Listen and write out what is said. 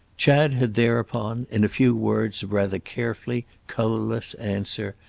chad had thereupon, in a few words of rather carefully colourless answer,